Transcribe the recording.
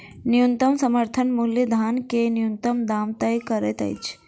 न्यूनतम समर्थन मूल्य धान के न्यूनतम दाम तय करैत अछि